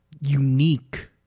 unique